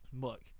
look